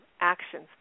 actions